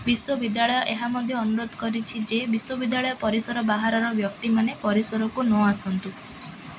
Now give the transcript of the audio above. ବିଶ୍ୱବିଦ୍ୟାଳୟ ଏହା ମଧ୍ୟ ଅନୁରୋଧ କରିଛି ଯେ ବିଶ୍ୱବିଦ୍ୟାଳୟ ପରିସର ବାହାରର ବ୍ୟକ୍ତିମାନେ ପରିସରକୁ ନ ଆସନ୍ତୁ